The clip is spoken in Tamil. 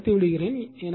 அதை அழிக்க விடுகிறேன்